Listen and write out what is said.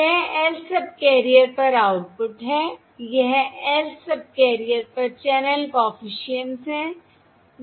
यह lth subcarrier पर output है यह lth सबकैरियर्स पर चैनल कॉफिशिएंट्स है